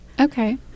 Okay